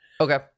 Okay